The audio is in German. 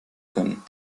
können